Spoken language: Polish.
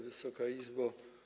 Wysoka Izbo!